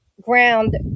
ground